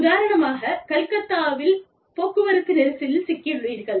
உதாரணமாகக் கல்கத்தாவில் போக்குவரத்து நெரிசலில் சிக்கியுள்ளீர்கள்